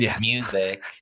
music